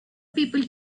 people